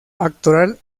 actoral